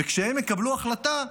וכשהם יקבלו החלטה,